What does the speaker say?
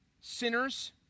sinners